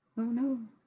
oh no.